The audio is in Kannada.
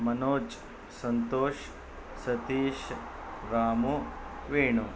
ಮನೋಜ್ ಸಂತೋಷ್ ಸತೀಶ್ ರಾಮು ವೇಣು